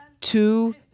two